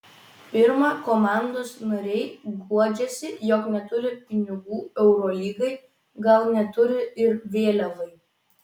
pirma komandos nariai guodžiasi jog neturi pinigų eurolygai gal neturi ir vėliavai